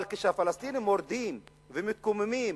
אבל כשהפלסטינים מורדים ומתקוממים